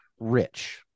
rich